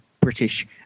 British